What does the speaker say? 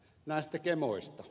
näistä gemoista